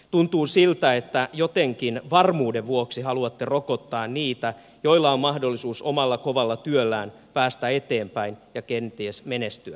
tuntuu siltä että jotenkin varmuuden vuoksi haluatte rokottaa niitä joilla on mahdollisuus omalla kovalla työllään päästä eteenpäin ja kenties menestyäkin myös yrittäjiä